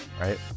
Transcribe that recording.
right